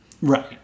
Right